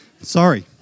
Sorry